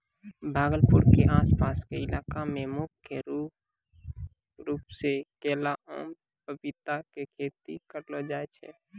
भागलपुर के आस पास के इलाका मॅ मुख्य रूप सॅ केला, आम, पपीता के खेती करलो जाय छै